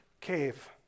cave